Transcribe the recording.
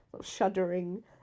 shuddering